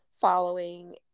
following